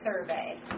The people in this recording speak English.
survey